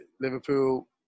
Liverpool